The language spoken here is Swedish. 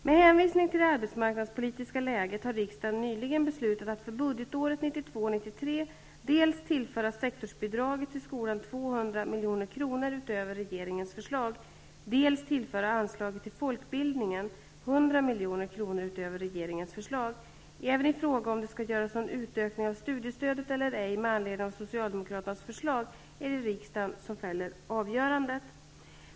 Med hänvisning till det arbetsmarknadspolitiska läget har riksdagen nyligen beslutat att för budgetåret 1992/93 dels tillföra sektorsbidraget till skolan 200 milj.kr. utöver regeringens förslag, dels tillföra anslaget till folkbildningen 100 milj.kr. utöver regeringens förslag. Även i fråga om det skall göras någon utökning av studiestödet eller ej med anledning av socialdemokraternas förslag, är det riksdagen som fäller avgörandet.